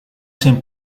zen